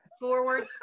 forward